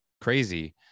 crazy